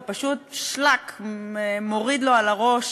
ופשוט מוריד לו על הראש